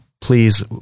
please